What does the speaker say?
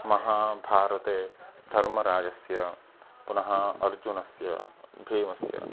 महाभारते धर्मराजस्य पुनः अर्जुनस्य भीमस्य